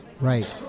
Right